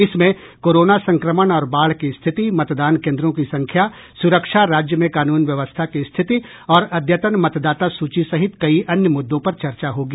इसमें कोरोना संक्रमण और बाढ़ की स्थिति मतदान केन्द्रों की संख्या सुरक्षा राज्य में कानून व्यवस्था की स्थिति और अद्यतन मतदाता सूची सहित कई अन्य मुद्दों पर चर्चा होगी